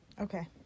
Okay